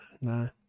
No